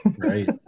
right